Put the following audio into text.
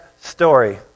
story